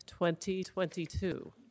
2022